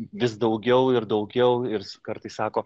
vis daugiau ir daugiau ir kartais sako